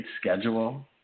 schedule